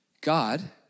God